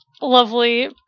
lovely